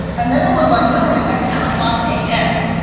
and then it was like literally like ten o'clock a m,